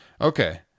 Okay